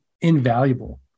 invaluable